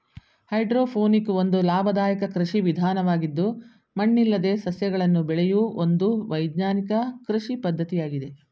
hydroponic ಒಂದು ಲಾಭದಾಯಕ ಕೃಷಿ ವಿಧಾನವಾಗಿದ್ದು ಮಣ್ಣಿಲ್ಲದೆ ಸಸ್ಯಗಳನ್ನು ಬೆಳೆಯೂ ಒಂದು ವೈಜ್ಞಾನಿಕ ಕೃಷಿ ಪದ್ಧತಿಯಾಗಿದೆ